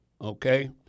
okay